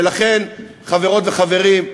ולכן, חברות וחברים,